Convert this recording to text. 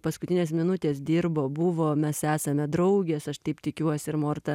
paskutinės minutės dirbo buvo mes esame draugės aš taip tikiuosi ir morta